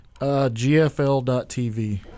GFL.TV